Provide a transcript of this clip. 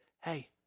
hey